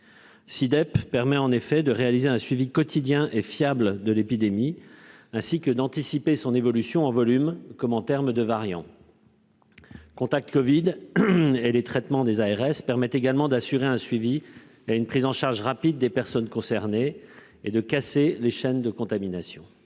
SI-DEP permet en effet de réaliser un suivi quotidien et fiable de l'épidémie, mais aussi d'anticiper son évolution en termes de volume et de variants. Contact Covid et les traitements des ARS permettent de leur côté d'assurer une prise en charge rapide des personnes concernées, un suivi, et ainsi de casser les chaînes de contamination.